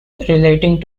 relating